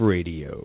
Radio